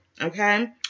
Okay